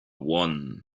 one